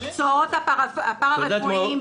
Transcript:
במקצועות הפרא-רפואיים.